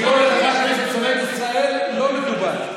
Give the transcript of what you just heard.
לקרוא לחברת כנסת "שונאת ישראל" לא מקובל.